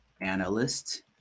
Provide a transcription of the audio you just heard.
analyst